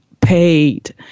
paid